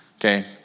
Okay